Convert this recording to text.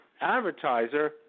advertiser